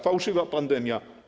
Fałszywa pandemia.